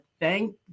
thank